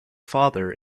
father